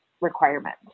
requirement